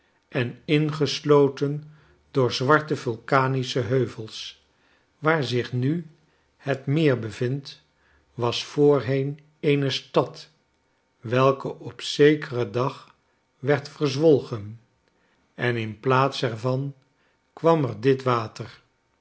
en ingesloten door zwarte vulkanische heuvels waar zich nu het meer bevindt was voorheen eene stad welke op zekeren dag werd verzwolgen en in plaats er van kwam er dit water